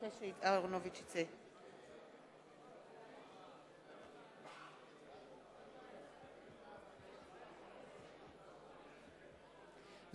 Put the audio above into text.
מצביע